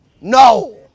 No